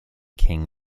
king